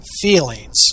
feelings